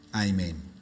Amen